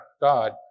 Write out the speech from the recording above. God